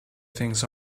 things